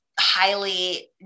highly